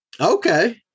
Okay